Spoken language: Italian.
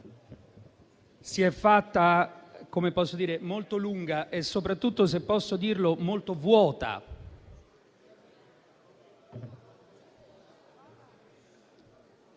si è fatta molto lunga e soprattutto, se posso dirlo, molto vuota.